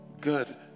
good